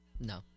No